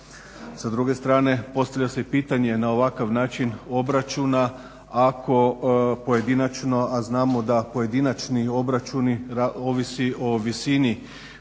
Sa druge strane postavlja se i pitanje na ovakav način obračuna ako pojedinačno, a znamo da pojedinačni obračuni ovise o visini